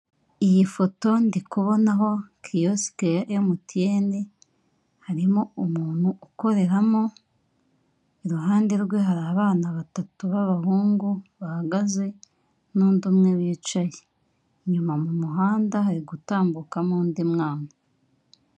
Iyi foto ndi kubonaho kiyosike ya emutiyeni, harimo umuntu ukoreramo, iruhande rwe hari abana batatu b'abahungu, bahagaze, n'undi umwe wicaye. Inyuma mu muhanda hari gutambukamo undi mwana.